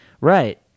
Right